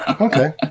Okay